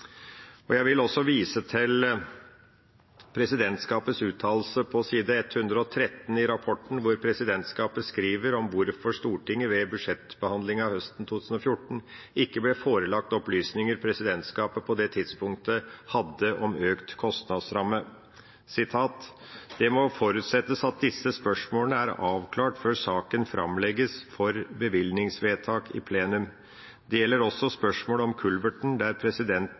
styringsopplegg. Jeg vil også vise til presidentskapets uttalelse på side 113 i rapporten, hvor presidentskapet skriver om hvorfor Stortinget ved budsjettbehandlingen høsten 2014 ikke ble forelagt opplysninger presidentskapet på det tidspunktet hadde om økt kostnadsramme: «Det må forutsettes at disse spørsmålene er avklart før saken fremlegges for bevilgningsvedtak i plenum. Det gjelder også spørsmålet om kulverten, der